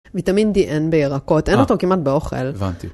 ויטמין די אין בירקות, אין אותו כמעט באוכל. אה, הבנתי.